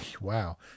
Wow